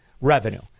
revenue